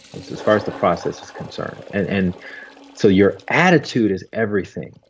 and so as far as the process is concerned. and and so your attitude is everything.